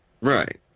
Right